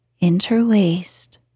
interlaced